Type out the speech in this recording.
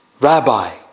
Rabbi